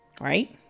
Right